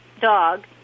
dog